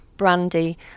brandy